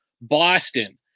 Boston